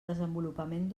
desenvolupament